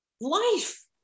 Life